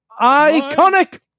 Iconic